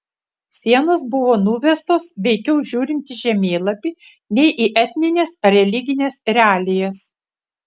sienos buvo nuvestos veikiau žiūrint į žemėlapį nei į etnines ar religines realijas